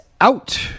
out